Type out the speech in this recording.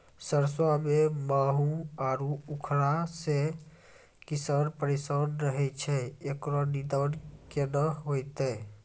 सरसों मे माहू आरु उखरा से किसान परेशान रहैय छैय, इकरो निदान केना होते?